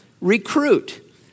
Recruit